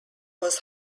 was